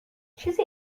چیزی